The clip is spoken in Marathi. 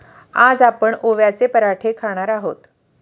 आज आपण ओव्याचे पराठे खाणार आहोत